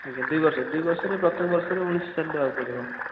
ଆଜ୍ଞା ଦୁଇ ବର୍ଷ ଦୁଇ ବର୍ଷରୁ ପ୍ରତ୍ୟେକ ବର୍ଷରେ ଉଣାଇଶି ହଜାର ଦେବାକୁ ପଡ଼ିବ